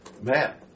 Man